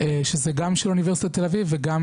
שזה גם של אוניברסיטת תל אביב וגם,